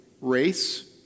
race